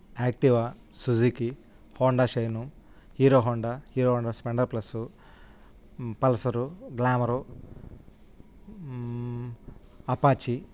Activa Suzuki Honda shine Hero Honda Hero Honda splendor plus pulsar glamour apache